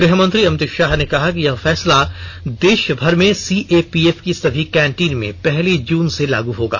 गृहमंत्री अमित शाह ने कहा कि यह फैसला देशभर में सीएपीएफ की सभी कैंटीन में पहली जून से लागू होगा